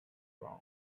wrong